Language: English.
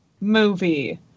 movie